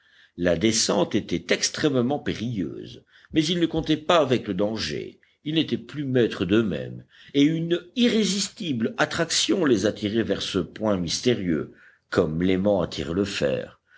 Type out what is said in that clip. la descente était extrêmement périlleuse mais ils ne comptaient pas avec le danger ils n'étaient plus maîtres d'euxmêmes et une irrésistible attraction les attirait vers ce point mystérieux comme l'aimant attire le fer